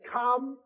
come